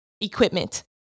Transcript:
equipment